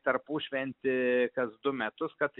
tarpušventį kas du metus kad